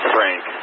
Frank